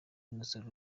innocent